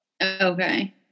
Okay